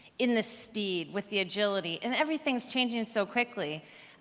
in the speed with the agility. and everything is changing so quickly.